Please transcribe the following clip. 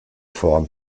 form